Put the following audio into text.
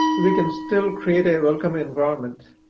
we can still create a welcome environment